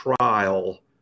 trial